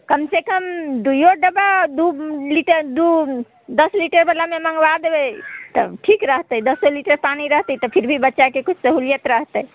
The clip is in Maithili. कमसँ कम दुइओ डिब्बा दू लीटर दू दस लीटरवलामे मँगबा देबै तऽ ठीक रहतै दसे लीटर पानि रहतै तऽ फिर भी बच्चाके किछु सहूलिअत रहतै